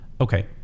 Okay